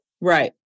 Right